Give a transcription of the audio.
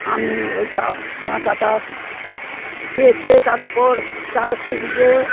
আমি ওই কা কাঁথাটা পেতে তার ওপর চাদর ছিঁড়ে দিয়ে